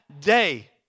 day